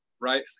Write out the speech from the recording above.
right